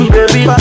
Baby